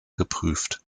geprüft